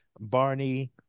Barney